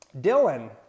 Dylan